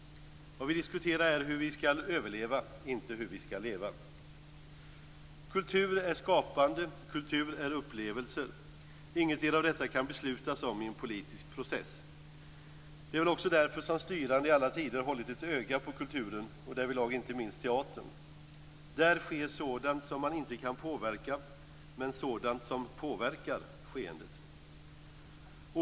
Vad vi diskuterar är hur vi skall överleva, inte hur vi skall leva. Kultur är skapande. Kultur är upplevelser. Ingetdera av detta kan beslutas om i en politisk process. Det är väl också därför som styrande i alla tider hållit ett öga på kulturen - och därvidlag inte minst teatern. Där sker sådant som man inte kan påverka men sådant som påverkar skeendet.